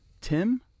Tim